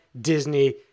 Disney